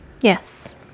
Yes